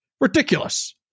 Ridiculous